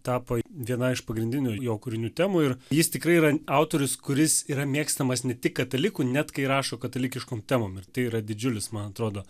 tapo viena iš pagrindinių jo kūrinių temų ir jis tikrai yra autorius kuris yra mėgstamas ne tik katalikų net kai rašo katalikiškom temom ir tai yra didžiulis man atrodo